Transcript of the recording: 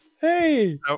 Hey